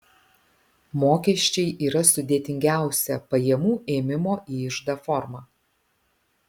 mokesčiai yra sudėtingiausia pajamų ėmimo į iždą forma